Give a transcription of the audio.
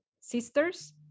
sisters